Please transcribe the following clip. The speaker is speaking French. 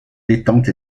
détente